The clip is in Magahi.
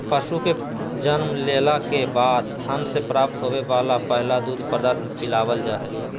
पशु के जन्म लेला के बाद थन से प्राप्त होवे वला पहला दूध पदार्थ पिलावल जा हई